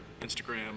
Instagram